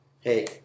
hey